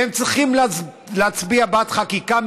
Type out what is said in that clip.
והם צריכים להצביע בעד חקיקה,